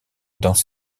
dans